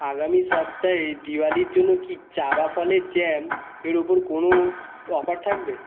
আগামী সপ্তাহে দিওয়ালির জন্য কি চাবা ফলের জ্যাম এর ওপর কোনো ও অফার থাকবে